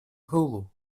hulu